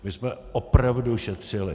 My jsme opravdu šetřili.